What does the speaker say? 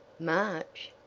march?